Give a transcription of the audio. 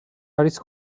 არის